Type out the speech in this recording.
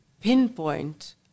pinpoint